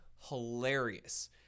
hilarious